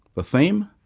the theme?